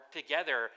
together